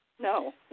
No